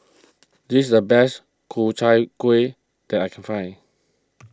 this is the best Ku Chai Kueh that I can find